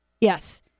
Yes